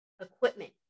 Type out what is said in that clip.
equipment